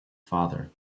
father